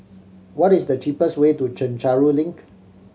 what is the cheapest way to Chencharu Link